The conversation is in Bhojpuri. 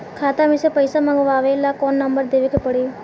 खाता मे से पईसा मँगवावे ला कौन नंबर देवे के पड़ी?